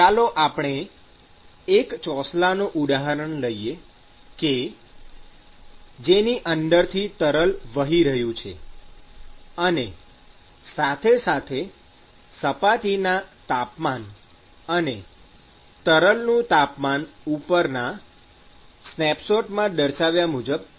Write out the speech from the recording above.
ચાલો આપણે એક ચોસલાનું ઉદાહરણ લઈએ કે જેની અંદરથી તરલ વહી રહ્યું છે અને સાથે સાથે સપાટીના તાપમાન અને તરલનું તાપમાન ઉપરના સ્નેપશૉટમાં દર્શાવ્યા મુજબ છે